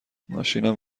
ماشینم